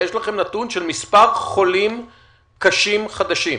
יש לכם נתון של מספר חולים קשים חדשים?